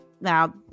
now